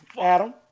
Adam